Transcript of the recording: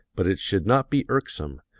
but it should not be irksome,